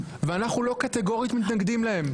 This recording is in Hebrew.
ואנחנו לא קטגורית מתנגדים להן.